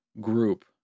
group